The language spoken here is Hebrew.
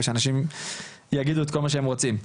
ושאנשים יגידו את כל מה שהם רוצים.